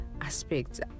aspects